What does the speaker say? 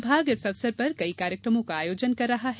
विभाग इस अवसर पर कई कार्यक्रमों का आयोजन कर रहा है